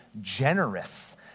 generous